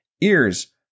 ears